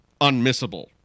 unmissable